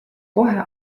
kohe